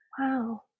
Wow